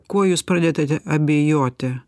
kuo jūs pradėtote abejoti